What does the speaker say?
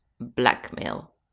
blackmail